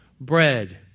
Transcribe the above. bread